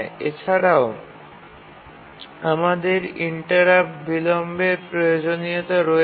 এছাড়াও আমাদের ইন্টারাপ্ট বিলম্বের প্রয়োজনীয়তা রয়েছে